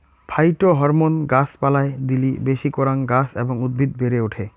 phytohormone গাছ পালায় দিলি বেশি করাং গাছ এবং উদ্ভিদ বেড়ে ওঠে